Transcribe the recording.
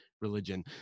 religion